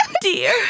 Dear